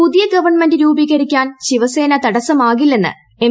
പുതിയ ഗവൺമെന്റ് രൂപീകരിക്കാൻ ശിവസേന തടസ്സമാക്കില്ലെന്ന് എം